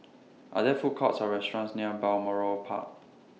Are There Food Courts Or restaurants near Balmoral Park